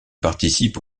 participe